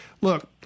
look